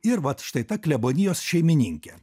ir vat štai ta klebonijos šeimininkė